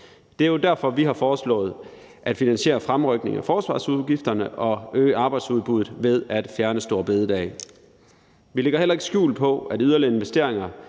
Det er jo derfor, vi har foreslået at finansiere fremrykningen af forsvarsudgifterne og øge arbejdsudbuddet ved at fjerne store bededag. Vi lægger heller ikke skjul på, at yderligere investeringer